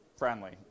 Friendly